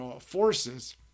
forces